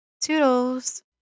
toodles